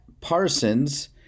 parsons